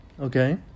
okay